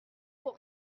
pour